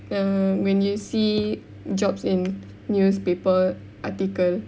um when you see jobs in newspaper article